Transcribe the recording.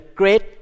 great